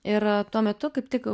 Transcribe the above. ir tuo metu kaip tik